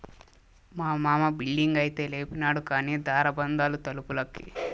మా మామ బిల్డింగైతే లేపినాడు కానీ దార బందాలు తలుపులకి